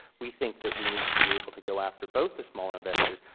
we think that we need to be able to go after both the smaller investors,